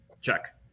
Check